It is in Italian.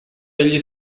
degli